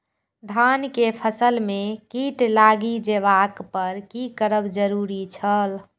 धान के फसल में कीट लागि जेबाक पर की करब जरुरी छल?